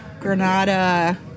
Granada